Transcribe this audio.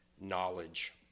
knowledge